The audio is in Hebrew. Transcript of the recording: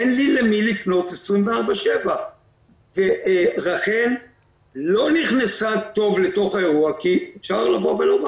אין לי למי לפנות 24/7. רח"ל לא נכנסה טוב לתוך האירוע כי אפשר לומר